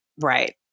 Right